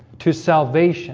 to salvation